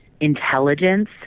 intelligence